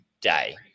day